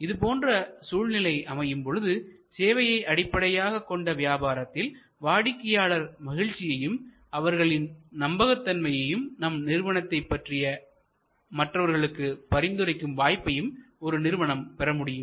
இதுபோன்ற சூழ்நிலை அமையும் பொழுது சேவையை அடிப்படையாகக் கொண்ட வியாபாரத்தில் வாடிக்கையாளர் மகிழ்ச்சியையும் அவர்களின் நம்பகத்தன்மையையும் நம் நிறுவனத்தைப் பற்றி மற்றவர்களுக்கு பரிந்துரைக்கும் வாய்ப்பையும் ஒரு நிறுவனம் பெறமுடியும்